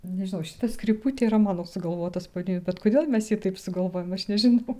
nežinau šitas kriputė yra mano sugalvotas pavadinimas bet kodėl mes jį taip sugalvojom aš nežinau